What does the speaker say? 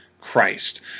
Christ